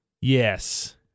Yes